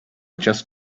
just